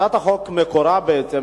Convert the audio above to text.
הצעת החוק מקורה בעצם,